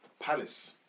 Palace